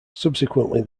subsequently